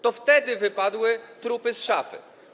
To wtedy wypadły trupy z szafy.